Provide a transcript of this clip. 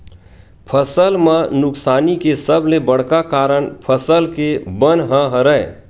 फसल म नुकसानी के सबले बड़का कारन फसल के बन ह हरय